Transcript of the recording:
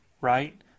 right